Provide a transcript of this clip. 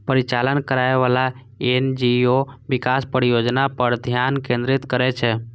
परिचालन करैबला एन.जी.ओ विकास परियोजना पर ध्यान केंद्रित करै छै